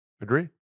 Agree